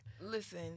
Listen